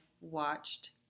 watched